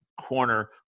corner